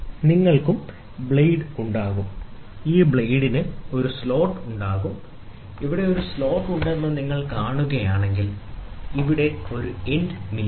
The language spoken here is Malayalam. നിങ്ങൾക്ക് ബ്ലേഡ് ഉണ്ടാകും ഈ ബ്ലേഡിന് ഒരു സ്ലോട്ട് ഉണ്ടാകും ഇവിടെ ഒരു സ്ലോട്ട് ഉണ്ടെന്ന് നിങ്ങൾ കാണുകയാണെങ്കിൽ അവിടെ ഒരു എൻഡ് മില്ലുണ്ട്